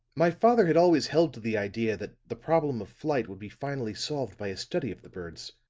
my father had always held to the idea that the problem of flight would be finally solved by a study of the birds